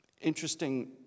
interesting